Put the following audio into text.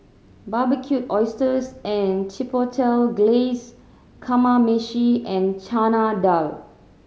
Barbecued Oysters with Chipotle Glaze Kamameshi and Chana Dal